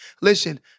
Listen